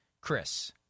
Chris